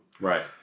Right